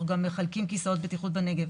אנחנו גם מחלקים כיסאות בטיחות בנגב.